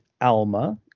alma